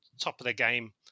top-of-the-game